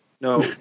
No